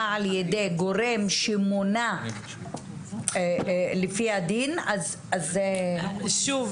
על ידי גורם שמונה לפי הדין --- אז אולי,